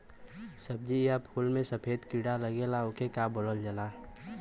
सब्ज़ी या फुल में सफेद कीड़ा लगेला ओके का बोलल जाला?